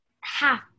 half